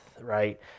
right